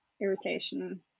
irritation